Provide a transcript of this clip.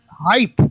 hype